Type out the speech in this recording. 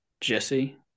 Jesse